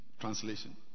translation